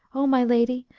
o my lady,